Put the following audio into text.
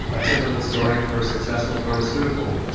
a typical story for a successful pharmaceutical.